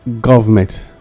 government